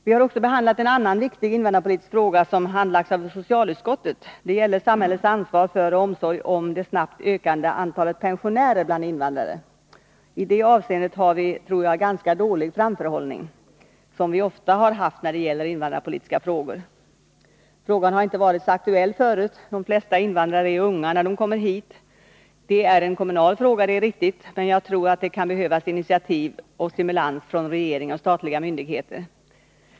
Vi har också behandlat en annan viktig invandrarpolitisk fråga som handlagts av socialutskottet. Den gällde samhällets ansvar för och omsorg om det snabbt ökande antalet pensionärer bland invandrarna. I det avseendet har vi, tror jag, ganska dålig framförhållning, som vi ofta har haft när det gäller invandrarpolitiska frågor. Frågan har inte varit så aktuell förut; de flesta invandrare är unga när de kommer hit. Det är en kommunal fråga — det är riktigt — men jag tror att det kan behövas initiativ och stimulans från regering och statliga myndigheter.